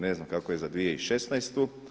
Ne znam kako je za 2016.